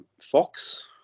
fox